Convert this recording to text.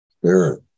spirit